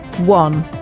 one